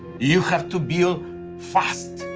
you have to build fast,